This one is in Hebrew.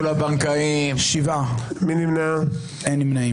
הצבעה לא אושרו.